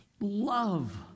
Love